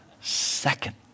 second